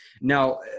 Now